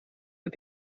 but